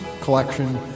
collection